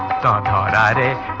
da da da da